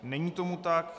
Není tomu tak.